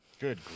Good